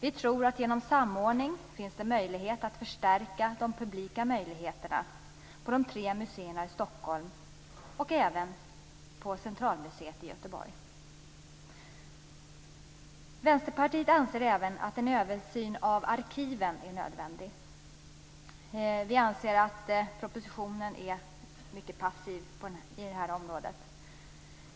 Vi tror att det genom samordning finns möjlighet att förstärka de publika verksamheterna både på de tre museerna i Stockholm och på centralmuseet i Vänsterpartiet anser även att en översyn av arkiven är nödvändig. Vi anser att propositionen är mycket passiv i det avseendet.